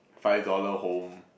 five dollar home